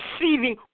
receiving